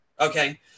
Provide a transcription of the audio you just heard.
okay